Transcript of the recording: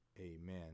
amen